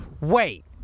wait